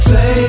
Say